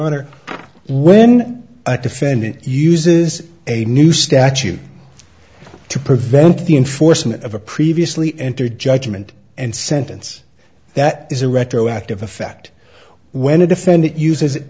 honor when a defendant uses a new statute to prevent the enforcement of a previously entered judgment and sentence that is a retroactive effect when a defendant uses it